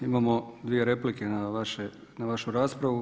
Imamo dvije replike na vašu raspravu.